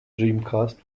dreamcast